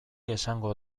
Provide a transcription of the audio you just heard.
esango